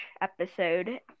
episode